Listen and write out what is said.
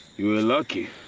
you were lucky!